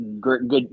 good